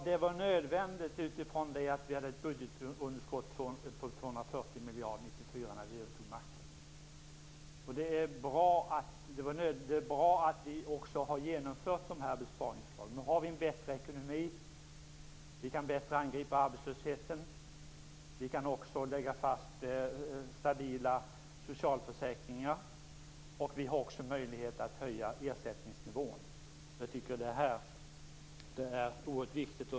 Det var nödvändigt eftersom budgetunderskottet uppgick till 240 miljarder 1994 när vi övertog makten. Det är bra att vi har genomfört dessa besparingar. Nu är ekonomin bättre. Arbetslösheten kan bättre angripas. Man kan också lägga fast stabila socialförsäkringar. Det finns även en möjlighet att höja ersättningsnivån. Detta är oerhört viktigt.